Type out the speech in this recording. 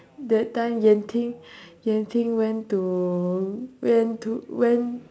that time yan-ting yan-ting went to went to went